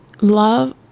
love